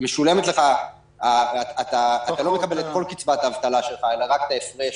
אתה לא מקבל את כל קצבת האבטלה שלך אלא רק את ההפרש,